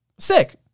sick